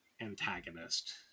antagonist